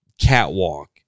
catwalk